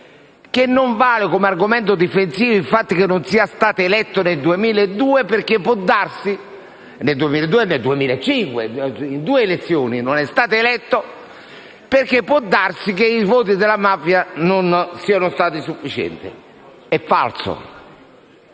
che non vale come argomento difensivo il fatto che non sia stato eletto nel 2002 e nel 2005 perché può darsi che i voti della mafia non siano stati sufficienti. È falso